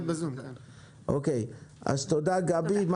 תודה, גבי.